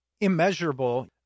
immeasurable